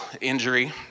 injury